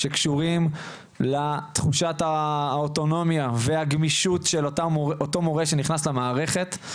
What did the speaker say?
שקשורים לתחושת האוטונומיה והגמישות של אותו מורה שנכנס למערכת.